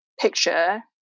picture